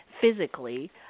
physically